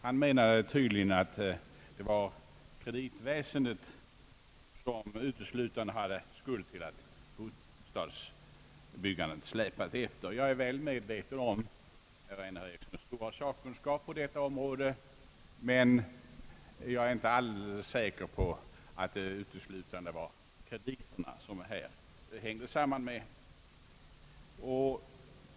Han me nade tydligen att kreditväsendet uteslutande hade skulden till att bostadsbyggandet släpade efter. Jag är medveten om herr Einar Erikssons stora sakkunskap på detta område, men jag är inte alldeles säker på att inte krediterna uteslutande här har spelat en roll.